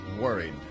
worried